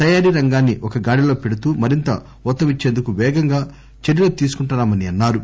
తయారీ రంగాన్ని ఒక గాడిలో పెడుతూ మరింత ఊతమిచ్చేందుకు పేగంగా చర్యలు తీసుకుంటున్నా మన్నా రు